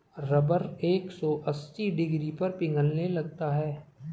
rubber एक सौ अस्सी डिग्री पर पिघलने लगता है